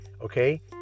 okay